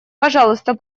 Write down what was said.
пожалуйста